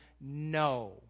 no